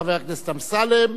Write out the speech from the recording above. חבר הכנסת אמסלם,